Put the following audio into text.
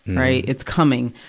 right? it's coming.